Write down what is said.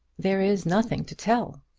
there is nothing to tell.